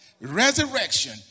Resurrection